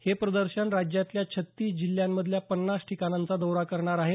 हे प्रदर्शन राज्यातल्या छत्तीस जिल्ह्यांमधल्या पन्नास ठिकाणांचा दौरा करणार आहे